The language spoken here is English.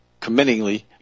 committingly